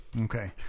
Okay